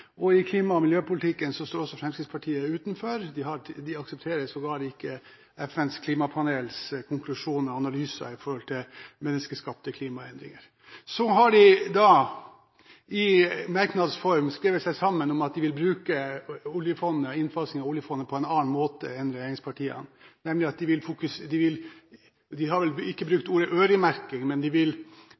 mulighetene. I klima- og miljøpolitikken står også Fremskrittspartiet utenfor; de aksepterer sågar ikke FNs klimapanels konklusjoner og analyse med hensyn til menneskeskapte klimaendringer. Så har de da – i merknads form – skrevet seg sammen om at de vil bruke oljefondet, innfasing av oljefondet, på en annen måte enn regjeringspartiene. De har vel ikke brukt ordet «øremerking», men de vil